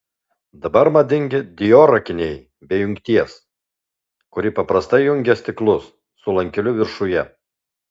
dabar madingi dior akiniai be jungties kuri paprastai jungia stiklus su lankeliu viršuje